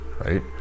right